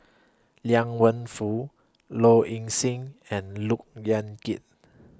Liang Wenfu Low Ing Sing and Look Yan Kit